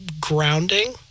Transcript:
grounding